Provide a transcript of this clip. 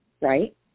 right